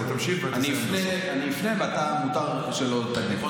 למה אתה מוציא, הייתה לי.